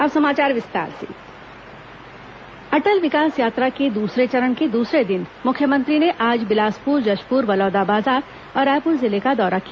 अटल विकास यात्रा अटल विकास यात्रा के दूसरे चरण के दूसरे दिन मुख्यमंत्री ने आज बिलासपुर जशपुर बलौदाबाजार और रायपुर जिले का दौरा किया